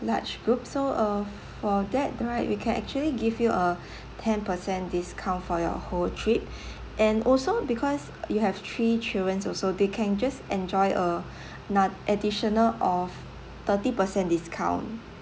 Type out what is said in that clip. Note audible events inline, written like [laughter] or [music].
large group so uh for that right we can actually give you a [breath] ten percent discount for your whole trip [breath] and also because you have three children also they can just enjoy a [breath] not~ additional of thirty percent discount